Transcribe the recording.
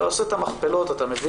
אתה עושה את המכפלות ואומר